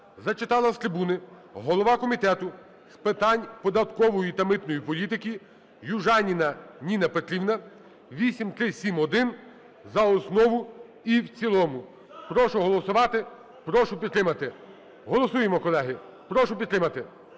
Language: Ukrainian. зачитала з трибуни голова Комітету з питань податкової та митної політики Южаніна Ніна Петрівна, 8371 за основу і в цілому. Прошу голосувати, прошу підтримати. Голосуємо, колеги, прошу підтримати.